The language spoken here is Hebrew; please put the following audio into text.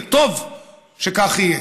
וטוב שכך יהיה,